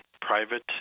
private